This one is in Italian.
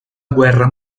guerra